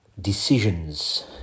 decisions